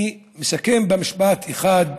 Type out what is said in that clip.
אני מסכם במשפט אחד: